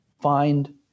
find